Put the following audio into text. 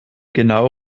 genau